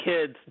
kids